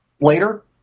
later